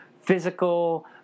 physical